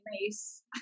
mace